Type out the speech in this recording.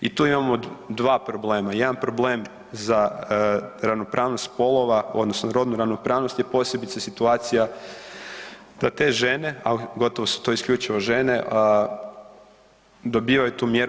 I tu imamo dva problema, jedan problem za ravnopravnost spolova odnosno rodnu ravnopravnost je posebice situacija da te žene, ali gotovo su to isključivo žene dobivaju tu mjeru.